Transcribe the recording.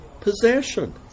possession